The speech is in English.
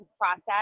process